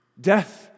Death